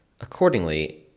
Accordingly